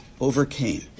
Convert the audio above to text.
overcame